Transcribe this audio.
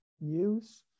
news